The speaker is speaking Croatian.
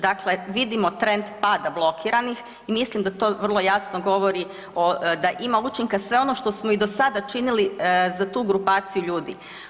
Dakle, vidimo trend pada blokiranih, i mislim da to vrlo jasno govori da ima učinka sve ono što smo i do sada činili za tu grupaciju ljudi.